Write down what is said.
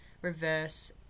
reverse